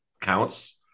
counts